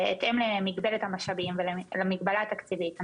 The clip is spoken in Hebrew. בהתאם למגדלת המשאבים ולמגבלה התקציבית.